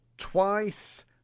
Twice